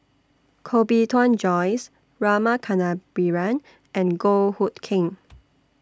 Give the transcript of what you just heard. Koh Bee Tuan Joyce Rama Kannabiran and Goh Hood Keng